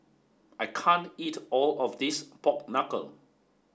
I can't eat all of this pork knuckle